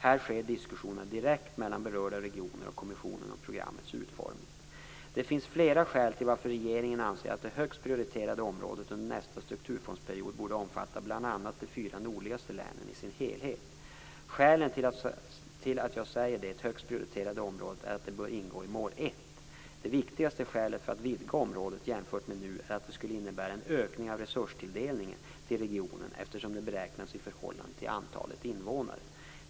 Här sker diskussionerna om programmets utformning direkt mellan berörda regioner och kommissionen. Det finns flera skäl till varför regeringen anser att det högst prioriterade området under nästa strukturfondsperiod borde omfatta bl.a. de fyra nordligaste länen i sin helhet. Skälet till att jag säger det högst prioriterade området är att det bör ingå i mål 1. Det viktigaste skälet för att vidga området jämfört med nu är att det skulle innebära en ökning av resurstilldelningen till regionen eftersom denna beräknas i förhållande till antalet invånare.